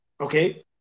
Okay